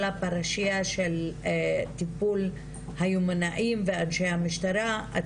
הפרשייה של טיפול היומנאים ואנשי המשטרה,